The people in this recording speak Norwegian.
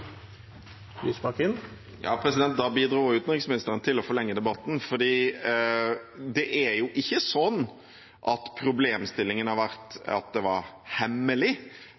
Ja, da bidro utenriksministeren til å forlenge debatten, for problemstillingen har jo ikke vært at det var hemmelig at norsk eksport foregikk til landene som var involvert i Jemen. Det var